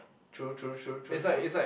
true true true true true